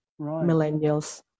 millennials